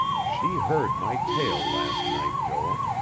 she heard my tale last night, joel.